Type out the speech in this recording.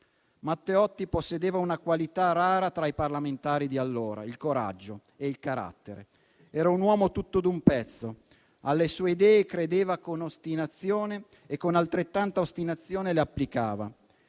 Matteotti possedeva due qualità rare tra i parlamentari di allora: il coraggio e il carattere. Era un uomo tutto d'un pezzo, alle sue idee credeva con ostinazione e con altrettanta ostinazione le applicava.